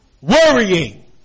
Worrying